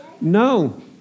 No